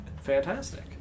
Fantastic